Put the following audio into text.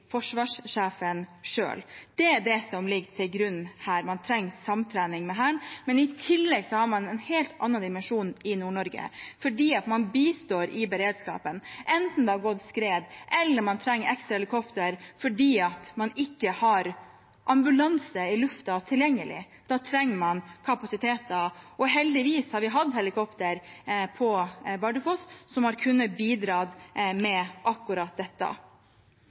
forsvarssjefen selv. Det er det som ligger til grunn her – man trenger samtrening med Hæren. I tillegg har man en helt annen dimensjon i Nord-Norge, fordi man bistår i beredskapen, enten det har gått et skred eller man trenger et ekstra helikopter fordi man ikke har ambulanse i lufta tilgjengelig. Da trenger man kapasiteter. Heldigvis har vi hatt helikopter på Bardufoss som har kunnet bidra med akkurat dette.